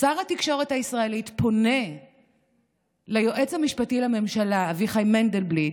שר התקשורת הישראלי פונה ליועץ המשפטי לממשלה אביחי מנדלבליט,